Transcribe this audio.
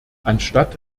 anstatt